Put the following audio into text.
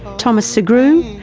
thomas sugrue,